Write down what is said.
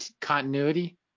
continuity